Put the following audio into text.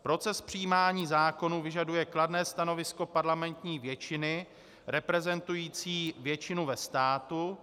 Proces přijímání zákonů vyžaduje kladné stanovisko parlamentní většiny reprezentující většinu ve státu.